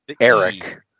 Eric